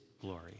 glory